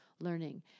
learning